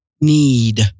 need